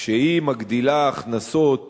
כשהיא מגדילה הכנסות